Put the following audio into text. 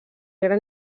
gran